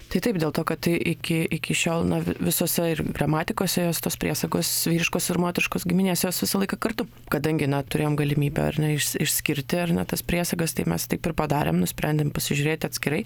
tai taip dėl to kad iki iki šiol vi visose ir gramatikose jos tos priesakus vyriškos ir moteriškos giminės jos visą laiką kartu kadangi turėjom galimybę ar neišs išskirti ar ne tas priesagas tai mes taip ir padarėm nusprendėm pasižiūrėti atskirai